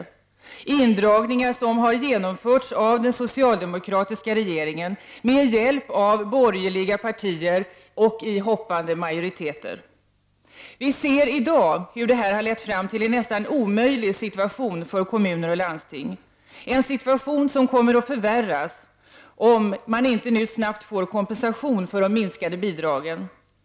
Det är indragningar som har genomförts av den socialdemokratiska regeringen med hjälp av de borgerliga partierna och hoppande majoriteter. Vi ser i dag hur detta har lett fram till en nästan omöjlig situation för kommuner och landsting. Den kommer att förvärras om de inte nu snabbt får kompensation för de minskade bidragen.